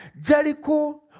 Jericho